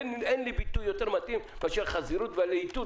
אין לי ביטוי יותר מתאים מאשר חזירות ולהיטות,